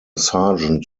sergeant